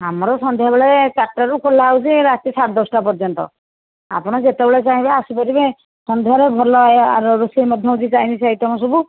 ଆମର ସନ୍ଧ୍ୟାବେଳେ ଚାରିଟାରୁ ଖୋଲାହେଉଛି ରାତି ସାଢ଼େ ଦଶଟା ପର୍ଯ୍ୟନ୍ତ ଆପଣ ଯେତେବେଳେ ଚାହିଁବେ ଆସିପାରିବେ ସନ୍ଧ୍ୟାରେ ଭଲ ଆର ରୋଷେଇ ମଧ୍ୟ ଯେଉଁ ଚାଇନିସ ଆଇଟମ ସବୁ